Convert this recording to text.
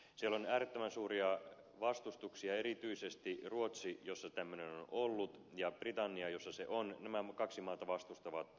siellä on äärettömän suuria vastustuksia erityisesti ruotsi jossa tämmöinen on ollut ja britannia jossa se on nämä kaksi maata vastustavat äärettömän voimakkaasti